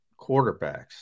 quarterbacks